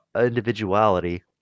individuality